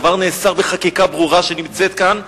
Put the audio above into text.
הדבר נאסר בחקיקה ברורה שנמצאת כאן,